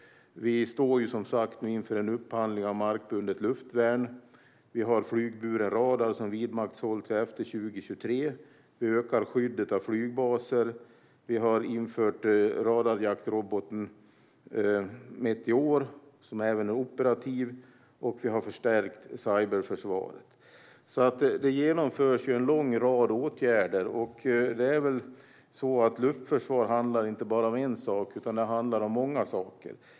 Vi står som sagt inför en upphandling av markbundet luftvärn. Vi har flygburen radar som vidmakthålls till efter år 2023. Vi ökar skyddet av flygbaser. Vi har infört radarjaktroboten Meteor, som även är operativ, och vi har förstärkt cyberförsvaret. Det genomförs alltså en lång rad åtgärder. Luftförsvar handlar inte om bara en sak, utan det handlar om många saker.